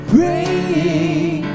Praying